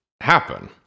happen